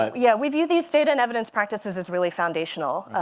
ah yeah, we view these data and evidence practices as really foundational.